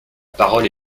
parole